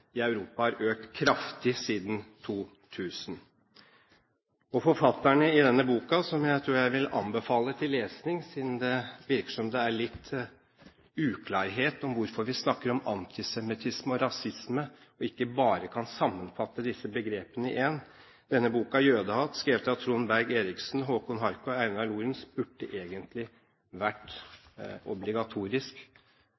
i Europa har økt kraftig siden 2000. Jeg tror jeg vil anbefale at man leser denne boken «Jødehat», siden det virker som det er litt uklarhet om hvorfor vi snakker om antisemittisme og rasisme og ikke bare kan sammenfatte disse begrepene. Denne boken er skrevet av Trond Berg Eriksen, Håkon Harket og Einhart Lorentz og burde egentlig